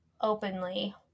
openly